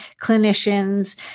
clinicians